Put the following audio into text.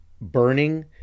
burning